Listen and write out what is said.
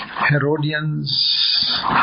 Herodians